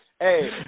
hey